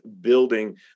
building